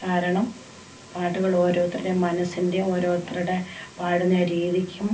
കാരണം പാട്ടുകൾ ഓരോരുത്തരുടെയും മനസ്സിൻ്റെ ഓരോരുത്തരുടെ പാടുന്ന രീതിക്കും